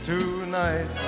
Tonight